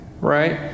right